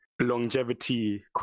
longevity